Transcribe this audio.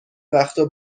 وقتا